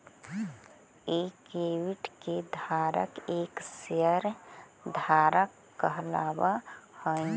equity के धारक एक शेयर धारक कहलावऽ हइ